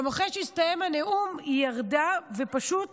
גם אחרי שהסתיים הנאום היא ירדה ופשוט